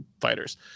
fighters